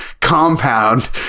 compound